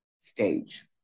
stage